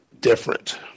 different